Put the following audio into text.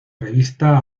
revista